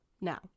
Now